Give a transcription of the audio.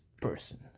person